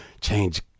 change